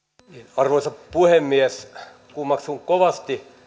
arvoisa puhemies kummeksun kovasti